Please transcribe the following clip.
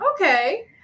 Okay